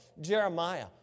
Jeremiah